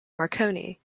marconi